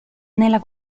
nella